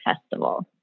festival